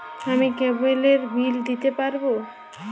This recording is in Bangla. আমি কেবলের বিল দিতে পারবো?